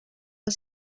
del